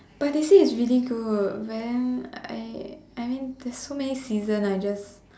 but they say it's really good but then I I mean there's so many seasons I just